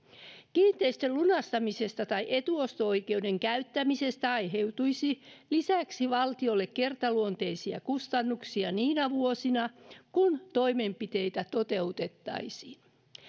kiinteistön lunastamisesta tai etuosto oikeuden käyttämisestä aiheutuisi lisäksi valtiolle kertaluonteisia kustannuksia niinä vuosina kun toimenpiteitä toteutettaisiin